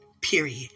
Period